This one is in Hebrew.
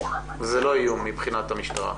זה לא איום מבחינת המשטרה.